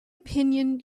opinion